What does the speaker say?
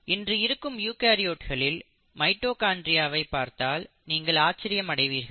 இன்று இருக்கும் யூகரியோட்களின் மைட்டோகாண்ட்ரியல் டிஎன்ஏவை பார்த்தால் நீங்கள் ஆச்சரியம் அடைவீர்கள்